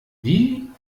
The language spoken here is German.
wie